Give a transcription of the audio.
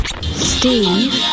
Steve